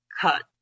cut